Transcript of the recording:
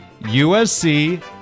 USC